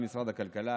ממשרד הכלכלה,